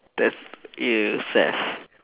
that's !eww! saif